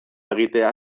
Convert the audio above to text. egitea